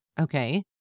okay